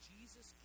Jesus